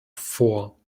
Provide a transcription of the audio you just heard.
vor